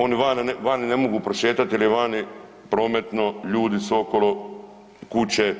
Oni van ne mogu prošetat jer je vani prometno, ljudi su okolo, kuće,